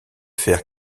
faire